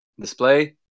display